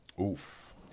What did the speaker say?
Oof